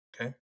Okay